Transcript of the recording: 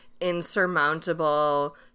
insurmountable